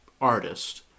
artist